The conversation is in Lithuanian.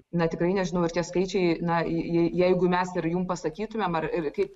na tikrai nežinau ir tie skaičiai na jeigu mes ir jum pasakytumėm ar ir kaip